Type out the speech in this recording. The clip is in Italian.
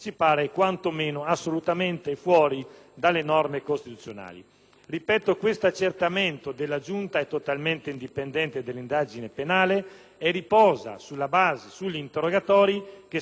Ripeto: l'accertamento della Giunta è totalmente indipendente dall'indagine penale e si poggia sulla base degli interrogatori che si sono svolti in Senato il 2 agosto e il 15 settembre 2008